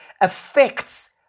affects